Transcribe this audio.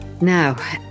Now